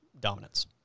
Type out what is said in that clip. Dominance